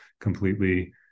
completely